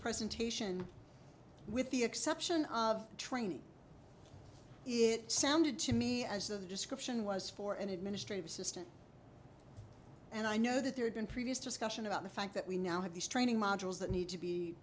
presentation with the exception of training it sounded to me as the description was for an administrative assistant and i know that there had been previous discussion about the fact that we now have these training modules that need to be